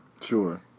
Sure